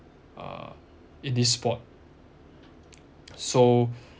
uh in this sport so